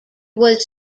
was